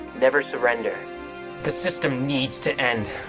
never surrender the system needs to end.